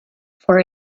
for